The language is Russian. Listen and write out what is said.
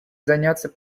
заняться